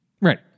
Right